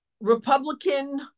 Republican